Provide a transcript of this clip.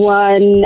one